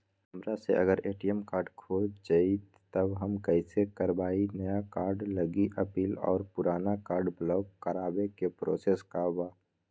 हमरा से अगर ए.टी.एम कार्ड खो जतई तब हम कईसे करवाई नया कार्ड लागी अपील और पुराना कार्ड ब्लॉक करावे के प्रोसेस का बा?